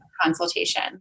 consultation